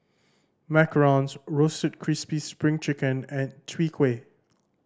Macarons Roasted Crispy Spring Chicken and Chwee Kueh